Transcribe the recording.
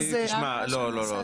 לא, לא.